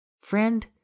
Friend